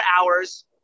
hours